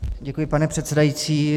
Děkuji, pane předsedající.